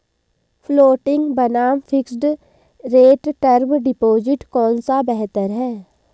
Floating बनाम fixed rate term deposit कौन सा बेहतर है?